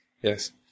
Yes